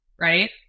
Right